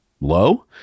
low